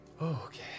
Okay